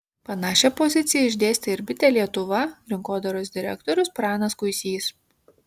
panašią poziciją išdėstė ir bitė lietuva rinkodaros direktorius pranas kuisys